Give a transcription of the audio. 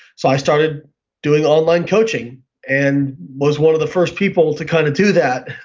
so i started doing online coaching and was one of the first people to kind of do that.